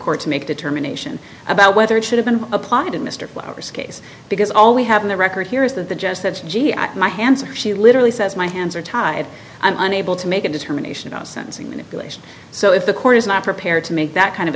court to make a determination about whether it should have been applied to mr flowers case because all we have on the record here is that the jets that g at my hands she literally says my hands are tied i'm unable to make a determination about sensing manipulation so if the court is not prepared to make that kind of